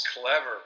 Clever